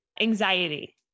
anxiety